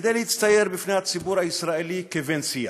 כדי להצטייר בפני הציבור הישראלי כבן-שיח.